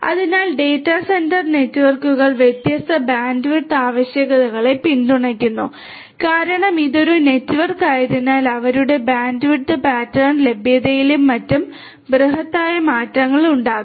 അതിനാൽ data center നെറ്റ്വർക്കുകൾ വ്യത്യസ്ത ബാൻഡ്വിഡ്ത്ത് ആവശ്യകതകളെ പിന്തുണയ്ക്കുന്നു കാരണം ഇത് ഒരു നെറ്റ്വർക്കായതിനാൽ അവരുടെ ബാൻഡ്വിഡ്ത്ത് പാറ്റേൺ ലഭ്യതയിലും മറ്റും ബൃഹത്തായ മാറ്റങ്ങൾ ഉണ്ടാകാം